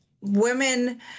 Women